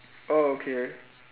oh okay